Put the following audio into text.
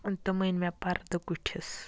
تِم أنۍ مےٚ پَردٕ کُٹھِس